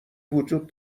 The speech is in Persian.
وجود